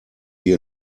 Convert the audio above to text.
wir